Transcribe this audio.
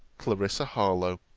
clarissa harlowe.